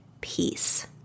peace